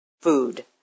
Food